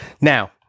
Now